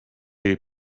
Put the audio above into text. jej